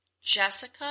Jessica